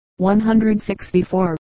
164